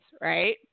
right